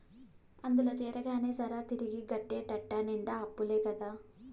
అందుల చేరగానే సరా, తిరిగి గట్టేటెట్ట నిండా అప్పులే కదా